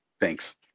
Thanks